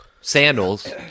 sandals